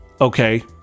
Okay